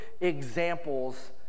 examples